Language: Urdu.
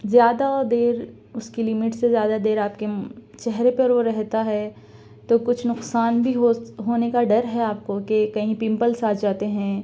زیادہ دیر اس کی لیمیٹ سے زیادہ دیر آپ کے چہرے پہ وہ رہتا ہے تو کچھ نقصان بھی ہونے کا ڈر ہے آپ کو کہ کہیں پمپلس آ جاتے ہیں